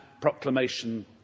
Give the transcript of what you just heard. proclamation